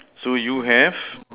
so you have